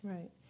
Right